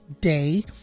day